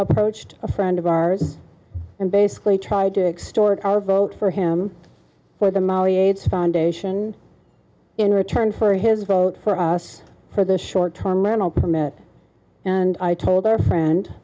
approached a friend of ours and basically tried to extort our vote for him for the molly aids foundation in return for his vote for us for the short term learned from it and i told our friend